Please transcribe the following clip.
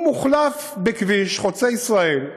מוחלף בכביש חוצה-ישראל,